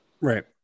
Right